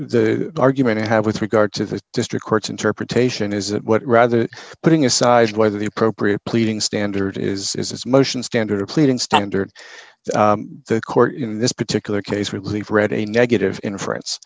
the argument i have with regard to the district court's interpretation is that what rather putting aside whether the appropriate pleading standard is this motion standard or pleading standard to the court in this particular case would leave read a negative inference